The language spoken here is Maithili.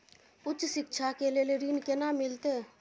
उच्च शिक्षा के लेल ऋण केना मिलते?